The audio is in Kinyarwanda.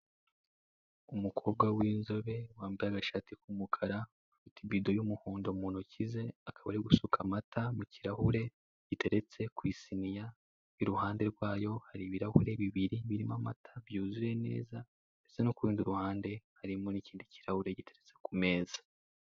Umukobwa w'inzobe wambaye agashati k'umukara ufite ikibido y'umuhondo mu ntoki ze akaba ari gusuka amata mu kirahure giteretse ku isiniya iruhande rwayo hari ibirahure bibiri birimo amata byuzuye neza ndetse kurundi ruhande harimo ikindi kirahure giteretse ku meza.